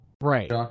Right